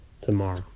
tomorrow